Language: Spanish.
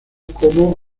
como